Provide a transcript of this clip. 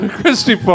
Christy